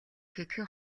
хэдхэн